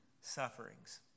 sufferings